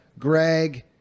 Greg